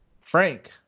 Frank